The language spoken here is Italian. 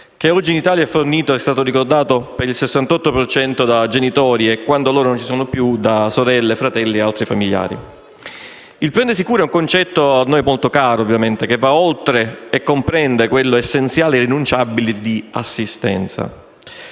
che oggi in Italia, come è stato ricordato, è fornito per il 68,2 per cento da genitori e, quando loro non ci sono più, da sorelle, fratelli e altri familiari. Il prendersi cura è un concetto a noi molto caro, che va oltre e comprende quello essenziale e irrinunciabile di assistenza.